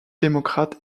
démocrate